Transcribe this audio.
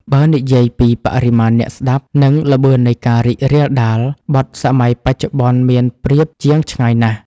បើនិយាយពី បរិមាណអ្នកស្ដាប់ និង ល្បឿននៃការរីករាលដាល បទសម័យបច្ចុប្បន្នមានប្រៀបជាងឆ្ងាយណាស់